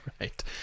Right